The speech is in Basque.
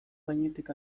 gainetik